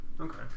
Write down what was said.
Okay